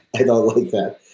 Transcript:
i don't like that.